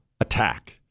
attack